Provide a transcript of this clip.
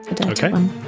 Okay